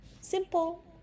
simple